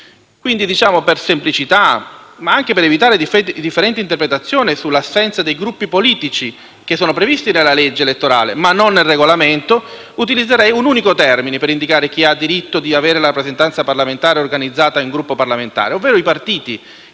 politici. Per semplicità, dunque, ma anche per evitare differenti interpretazioni sull'assenza dei Gruppi politici previsti nella legge ma non nel Regolamento utilizzerei un unico termine per indicare chi ha diritto di avere la rappresentanza parlamentare organizzata in Gruppi parlamentari, ovvero i partiti,